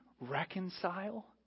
reconcile